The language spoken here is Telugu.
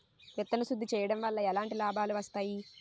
విత్తన శుద్ధి చేయడం వల్ల ఎలాంటి లాభాలు వస్తాయి?